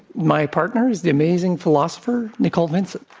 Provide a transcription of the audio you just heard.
my partner is the amazing philosopher, nicole vincent.